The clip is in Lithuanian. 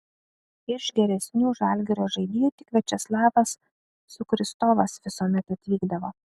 iš geresnių žalgirio žaidėjų tik viačeslavas sukristovas visuomet atvykdavo